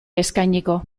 eskainiko